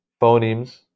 phonemes